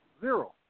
zero